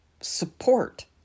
support